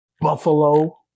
buffalo